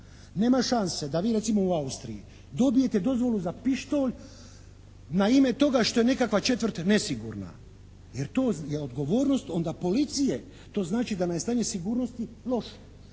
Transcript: Nema šanse da vi recimo u Austriji dobijete dozvolu za pištolj na ime toga što je nekakva četvrt nesigurna. Jer to je odgovornost onda policije. To znači da nam je stanje sigurnosti loše.